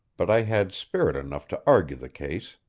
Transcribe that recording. but i had spirit enough to argue the case.